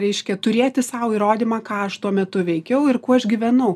reiškia turėti sau įrodymą ką aš tuo metu veikiau ir kuo aš gyvenau